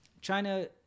China